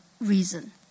reason